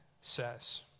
says